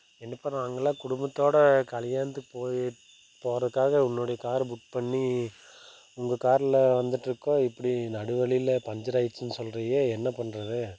என்னப்பா நாங்கலாம் குடும்பத்தோடு கல்யாணத்துக்கு போய் போகிறதுக்காக உன்னுடைய கார் புக் பண்ணி உங்க காரில் வந்துட்டு இருக்கோம் இப்படி நடு வழியில் பஞ்சர் ஆகிடுச்சுன்னு சொல்லுறியே என்ன பண்ணுறது